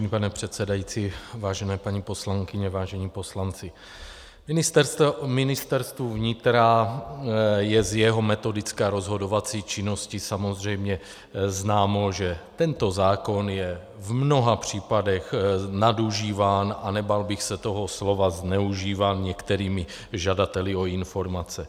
Vážený pane předsedající, vážené paní poslankyně, vážení poslanci, Ministerstvu vnitra je z jeho metodické a rozhodovací činnosti samozřejmě známo, že tento zákon je v mnoha případech nadužíván a nebál bych se toho slova zneužíván některými žadateli o informace.